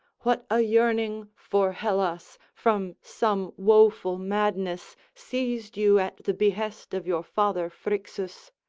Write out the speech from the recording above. what a yearning for hellas from some woeful madness seized you at the behest of your father phrixus.